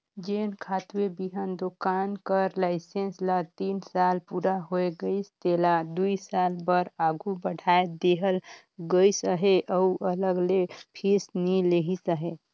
जेन खातूए बीहन दोकान कर लाइसेंस ल तीन साल पूरा होए गइस तेला दुई साल बर आघु बढ़ाए देहल गइस अहे अउ अलग ले फीस नी लेहिस अहे